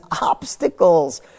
obstacles